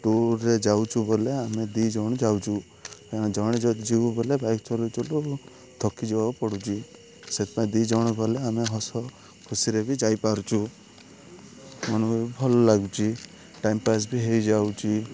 ଟୁର୍ରେ ଯାଉଛୁ ବୋଲେ ଆମେ ଦୁଇ ଜଣ ଯାଉଛୁ କାଇଁନା ଜଣେ ଯଦି ଯିବୁ ବୋଲେ ବାଇକ୍ ଚଲଉ ଚଲଉ ଥକି ଯିବାକୁ ପଡ଼ୁଛି ସେଥିପାଇଁ ଦୁଇ ଜଣ ଗଲେ ଆମେ ହସ ଖୁସିରେ ବି ଯାଇପାରୁଛୁ ମନ ବି ଭଲ ଲାଗୁଛି ଟାଇମପାସ୍ ବି ହେଇଯାଉଛି